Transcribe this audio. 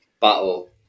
battle